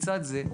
בצד זה,